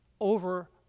over